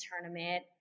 tournament